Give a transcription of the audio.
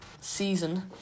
season